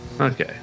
okay